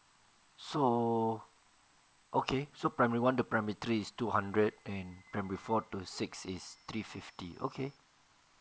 so okay so primary one to primary three is two hundred and primary four to six is three fifty okay